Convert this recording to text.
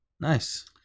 Nice